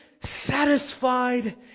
satisfied